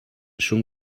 són